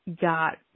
got